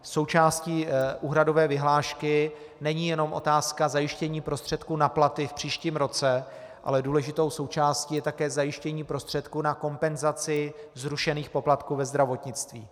Součástí úhradové vyhlášky není jenom otázka zajištění prostředků na platy v příštím roce, ale důležitou součástí je také zajištění prostředků na kompenzaci zrušených poplatků ve zdravotnictví.